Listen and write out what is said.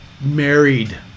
married